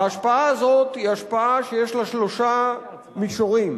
ההשפעה הזאת היא השפעה שיש לה שלושה מישורים: